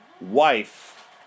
wife